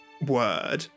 word